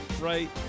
right